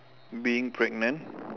being pregnant